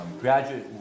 graduate